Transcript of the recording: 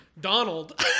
Donald